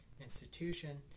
institution